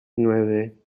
nueve